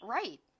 right